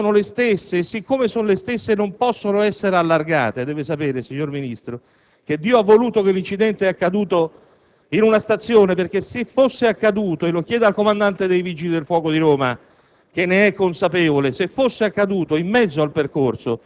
I treni sono nuovi ma le tratte sono le stesse e siccome sono le stesse non possono essere allargate. Deve sapere, signor Ministro, che Dio ha voluto che l'incidente sia avvenuto in una stazione, perché se fosse accaduto - lo chieda al comandante dei Vigili del fuoco di Roma,